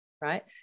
right